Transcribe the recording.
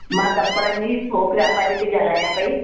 मां कपिड़नि जी थोकु वापारी थी ॻाल्हायां पई